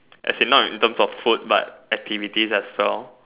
as in not in turn of food like activity as well